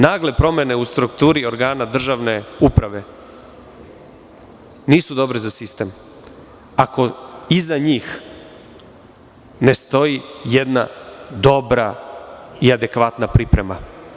Nagle promene u strukturi organa državne uprave nisu dobre za sistem ako iza njih ne stoji jedna dobra i adekvatna priprema.